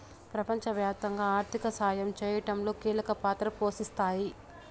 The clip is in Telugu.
ప్రపంచవ్యాప్తంగా ఆర్థిక సాయం చేయడంలో కీలక పాత్ర పోషిస్తాయి